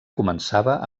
començava